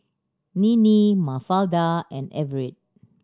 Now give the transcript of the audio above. Ninnie Mafalda and Everet